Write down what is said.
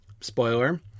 spoiler